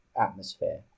atmosphere